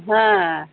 হ্যাঁ